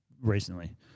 recently